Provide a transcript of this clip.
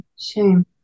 shame